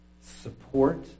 support